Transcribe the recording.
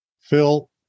Phil